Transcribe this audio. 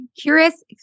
curious